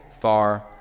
far